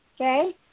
Okay